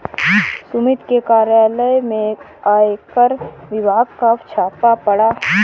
सुमित के कार्यालय में आयकर विभाग का छापा पड़ा